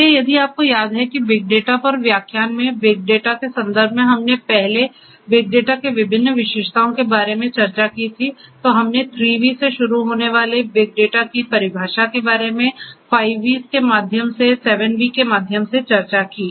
इसलिए यदि आपको याद है कि बिग डेटा पर व्याख्यान में बिगडेटा के संदर्भ में हमने पहले बिग डेटा की विभिन्न विशेषताओं के बारे में चर्चा की थी तो हमने 3 V से शुरू होने वाले बिग डेटा की परिभाषा के बारे में 5 Vs के माध्यम से 7 V के माध्यम से चर्चा की